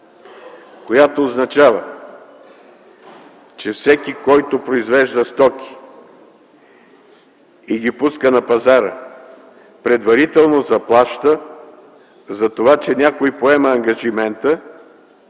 която означава, че всеки, който произвежда стоки и ги пуска на пазара, предварително заплаща за това, че някой поема ангажимента